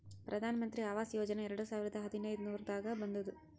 ಪ್ರಧಾನ್ ಮಂತ್ರಿ ಆವಾಸ್ ಯೋಜನಾ ಎರಡು ಸಾವಿರದ ಹದಿನೈದುರ್ನಾಗ್ ಬಂದುದ್